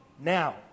now